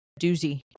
doozy